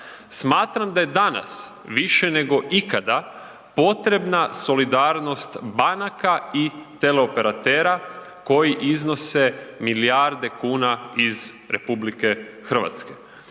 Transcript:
Smatram da je danas više nego ikada potrebna solidarnost banaka i teleoperatera koji iznose milijarde kuna iz RH. Znači predlažem